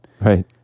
Right